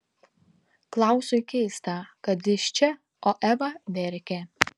klausui keista kad jis čia o eva verkia